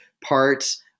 parts